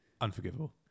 unforgivable